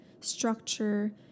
structure